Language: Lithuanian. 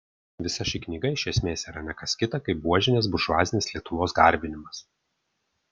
visa ši knyga iš esmės yra ne kas kita kaip buožinės buržuazinės lietuvos garbinimas